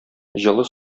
җылы